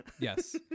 Yes